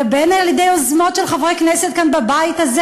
ובין על-ידי יוזמות של חברי כנסת כאן בבית הזה